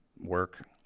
work